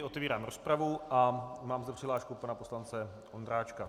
Otevírám rozpravu a mám zde přihlášku pana poslance Ondráčka.